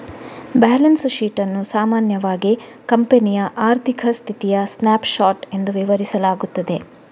balance sheet ಅನ್ನು ಸಾಮಾನ್ಯವಾಗಿ ಕಂಪನಿಯ ಆರ್ಥಿಕ ಸ್ಥಿತಿಯ ಸ್ನ್ಯಾಪ್ ಶಾಟ್ ಎಂದು ವಿವರಿಸಲಾಗುತ್ತದೆ